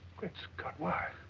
great scott why?